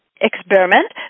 experiment